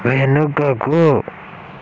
వెనుకకు